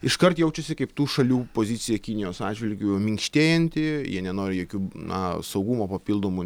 iškart jaučiasi kaip tų šalių pozicija kinijos atžvilgiu minkštėjanti jie nenori jokių na saugumo papildomų